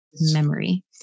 memory